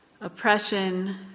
oppression